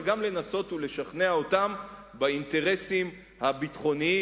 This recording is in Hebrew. אבל גם לנסות ולשכנע אותם באינטרסים הביטחוניים,